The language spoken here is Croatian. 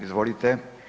Izvolite.